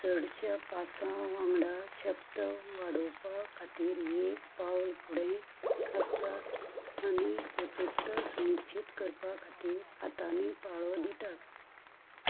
चडशा पासां वांगडा शक्त वाडोवपा खातीर एक पावल फुडें आसता आनी अचुकता सुनिश्चीत करपा खातीर हातांनी पाळो दितात